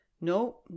No